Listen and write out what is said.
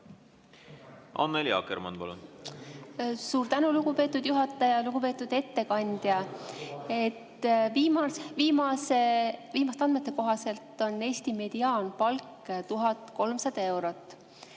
Annely Akkermann, palun! Suur tänu, lugupeetud juhataja! Lugupeetud ettekandja! Viimaste andmete kohaselt on Eesti mediaanpalk 1300 eurot.